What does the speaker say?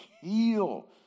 heal